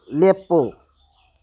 ꯂꯦꯞꯄꯨ